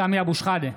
(קורא בשמות חברי הכנסת) סמי אבו שחאדה,